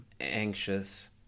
anxious